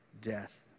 death